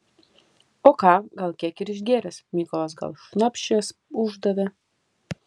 o ką gal kiek ir išgėręs mykolas gal šnapšės uždavė